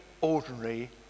ordinary